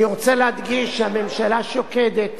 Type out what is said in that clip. אני רוצה להדגיש שהממשלה שוקדת